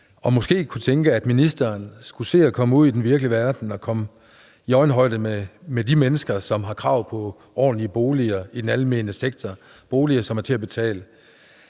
og måske kan tænke, at ministeren skulle se at komme ud i den virkelige verden og komme i øjenhøjde med de mennesker, som har krav på ordentlige boliger i den almene sektor, boliger, som er til at betale.